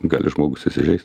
gali žmogus įsižeist